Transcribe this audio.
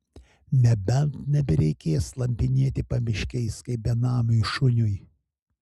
nebent nebereikės slampinėti pamiškiais kaip benamiui šuniui